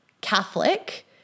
Catholic